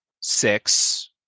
six